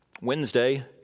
Wednesday